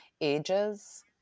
ages